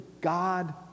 God